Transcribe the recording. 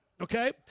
okay